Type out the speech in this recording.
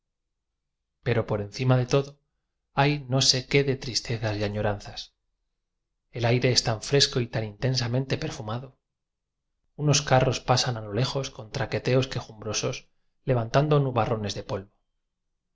pero por encima de todo hay no se qué de tristezas y añoranzas el aire es fan fresco y tan intensam ente p e rfu m a d o u n os carro s pasan a lo lejos con traquefeos quejum brosos levantand o nubarrones de p